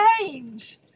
change